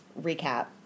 recap